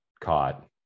caught